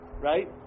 right